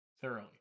Thoroughly